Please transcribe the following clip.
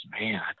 man